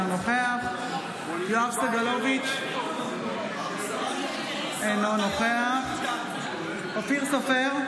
אינו נוכח יואב סגלוביץ' אינו נוכח אופיר סופר,